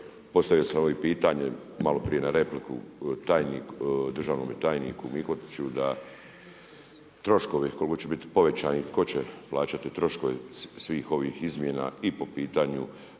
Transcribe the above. Postavio sam ovo i pitanje malo prije na repliku državnome tajniku Mihotiću da troškovi koliko će biti povećani i tko će plaćati troškove svih ovih izmjena i po pitanju